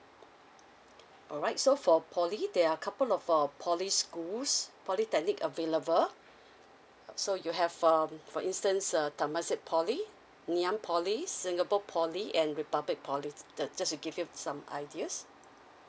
alright so for poly there are couple of uh poly schools polytechnic available so you have um for instance a temasek poly ngee ann poly singapore poly and republic poly uh just to give you some ideas